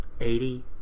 Eighty